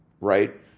right